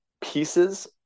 pieces